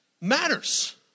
matters